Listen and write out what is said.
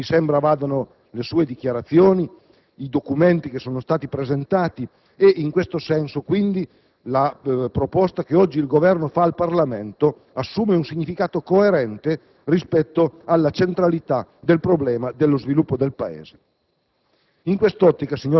In questo senso mi sembra vadano le sue dichiarazioni e i documenti che sono stati presentati, e in questo senso, quindi, la proposta che oggi il Governo fa al Parlamento assume un significato coerente rispetto alla centralità del problema dello sviluppo del Paese.